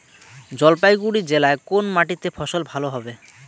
জলপাইগুড়ি জেলায় কোন মাটিতে ফসল ভালো হবে?